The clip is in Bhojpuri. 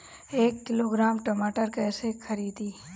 एक किलोग्राम टमाटर कैसे खरदी?